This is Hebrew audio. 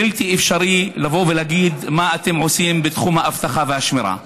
בלתי אפשרי לבוא ולהגיד: מה אתם עושים בתחום האבטחה והשמירה.